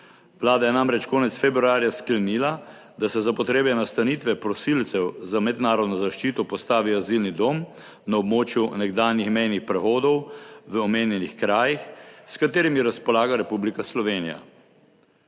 Vlada je namreč konec februarja sklenila, da se za potrebe nastanitve prosilcev za mednarodno zaščito postavi azilni dom na območju nekdanjih mejnih prehodov v omenjenih krajih s katerimi razpolaga Republika Slovenija.